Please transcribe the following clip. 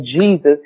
Jesus